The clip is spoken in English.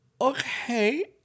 okay